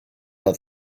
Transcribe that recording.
oedd